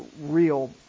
real